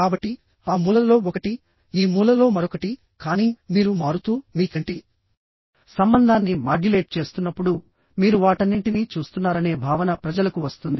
కాబట్టిఆ మూలలో ఒకటిఈ మూలలో మరొకటి కానీ మీరు మారుతూమీ కంటి సంబంధాన్ని మాడ్యులేట్ చేస్తున్నప్పుడు మీరు వాటన్నింటినీ చూస్తున్నారనే భావన ప్రజలకు వస్తుంది